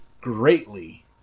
greatly